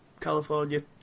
California